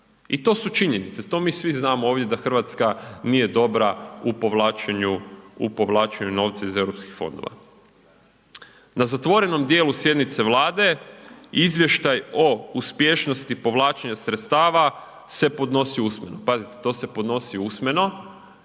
I to su činjenice, to mi svi znamo ovdje da Hrvatska nije dobra u povlačenju, u povlačenju novaca iz eu fondova. Na zatvorenom dijelu sjednice Vlade izvještaj o uspješnosti povlačenja sredstava se podnosi usmeno. Pazite, to se podnosi usmeno